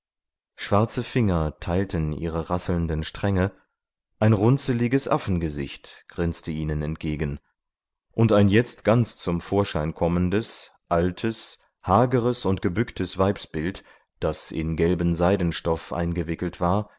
schwarze finger teilten ihre rasselnden stränge ein runzeliges affengesicht grinste ihnen entgegen und ein jetzt ganz zum vorschein kommendes altes hageres und gebücktes weibsbild das in gelben seidenstoff eingewickelt war